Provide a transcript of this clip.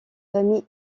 famille